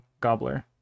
gobbler